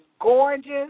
gorgeous